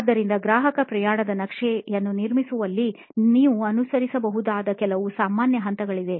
ಆದ್ದರಿಂದ ಗ್ರಾಹಕರ ಪ್ರಯಾಣದ ನಕ್ಷೆಯನ್ನು ನಿರ್ಮಿಸುವಲ್ಲಿ ನೀವು ಅನುಸರಿಸಬಹುದಾದ ಕೆಲವು ಸಾಮಾನ್ಯ ಹಂತಗಳಿವೆ